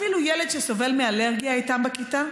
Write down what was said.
אפילו ילד שסובל מאלרגיה איתם בכיתה,